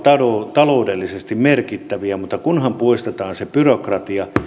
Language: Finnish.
olla taloudellisesti merkittäviä kunhan poistetaan se byrokratia